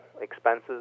expenses